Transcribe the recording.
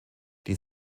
die